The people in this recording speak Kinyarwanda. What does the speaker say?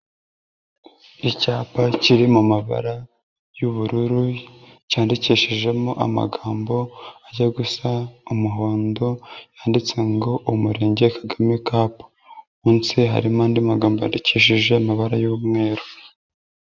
Icyapa kiri mu mabara y'ubururu cyandikishijemo amagambo ajya gusa umuhondo yanditse ngo Umurenge Kagame Cup. Munsi harimo andi magambo yandikishije amabara y'umweru.